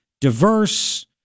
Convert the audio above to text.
diverse